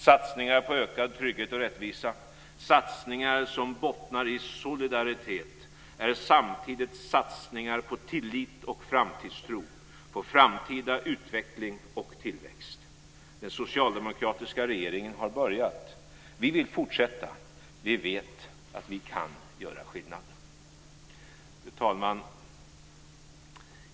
Satsningar på ökad trygghet och rättvisa, satsningar som bottnar i solidaritet är samtidigt satsningar på tillit och framtidstro, framtida utveckling och tillväxt. Den socialdemokratiska regeringen har börjat. Vi vill fortsätta. Vi vet att vi kan göra skillnad. Fru talman!